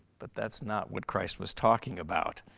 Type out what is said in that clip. but that's not what christ was talking about.